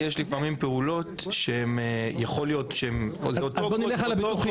כי יש לפעמים פעולות שיכול להיות שהן אותו קוד